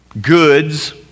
goods